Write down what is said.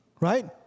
Right